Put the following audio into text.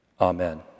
Amen